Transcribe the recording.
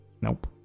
Nope